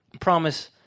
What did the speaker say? promise